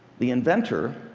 the inventor,